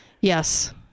Yes